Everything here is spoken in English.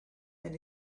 and